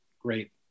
great